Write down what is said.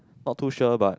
not too sure but